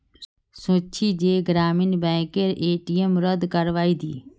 सोच छि जे ग्रामीण बैंकेर ए.टी.एम रद्द करवइ दी